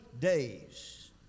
days